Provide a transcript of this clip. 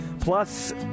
plus